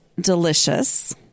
delicious